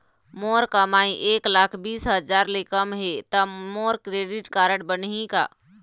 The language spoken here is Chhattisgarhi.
मोर कमाई एक लाख बीस हजार ले कम हे त मोर क्रेडिट कारड बनही का?